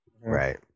right